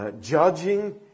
Judging